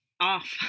off